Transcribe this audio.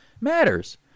matters